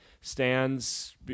stands